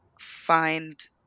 find